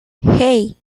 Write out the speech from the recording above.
hey